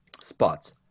spots